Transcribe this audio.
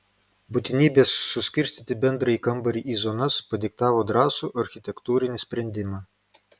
būtinybė suskirstyti bendrąjį kambarį į zonas padiktavo drąsų architektūrinį sprendimą